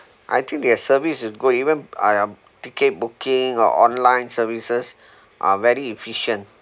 I think their service is good even um ticket booking or online services are very efficient